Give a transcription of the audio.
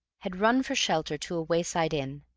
had run for shelter to a wayside inn.